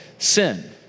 Sin